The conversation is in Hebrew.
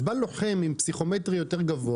אז בא לוחם עם פסיכומטרי יותר גבוה,